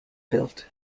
built